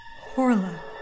Horla